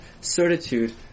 certitude